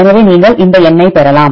எனவே நீங்கள் இந்த எண்ணைப் பெறலாம்